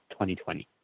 2020